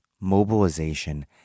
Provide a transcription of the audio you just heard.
mobilization